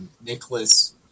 Nicholas